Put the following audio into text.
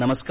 नमस्कार